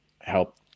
help